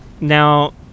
Now